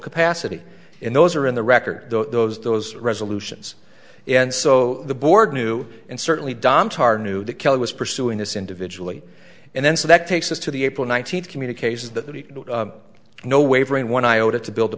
capacity in those are in the record those those resolutions and so the board knew and certainly dom tar knew that kelly was pursuing this individually and then so that takes us to the april nineteenth communique says that no wavering one iota to build a